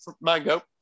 mango